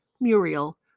Muriel